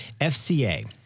FCA